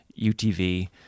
UTV